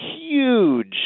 huge